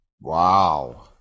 Wow